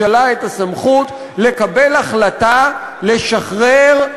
הסמכות לקבל החלטה לשחרר,